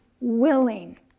Willing